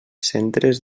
centres